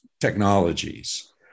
technologies